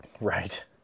Right